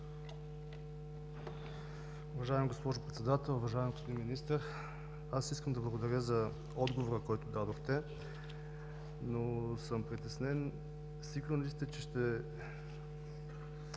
Уважаема госпожо Председател, уважаеми господин Министър. Искам да благодаря за отговора, който дадохте, но съм притеснен. Сигурен ли сте, че